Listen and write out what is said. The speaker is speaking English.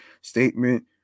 statement